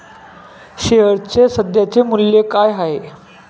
शेअर्सचे सध्याचे मूल्य काय आहे?